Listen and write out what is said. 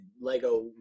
Lego